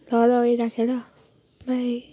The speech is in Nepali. ल ल ओए राखेँ ल बाई